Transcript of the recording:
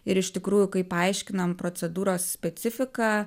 ir iš tikrųjų kai paaiškinam procedūros specifiką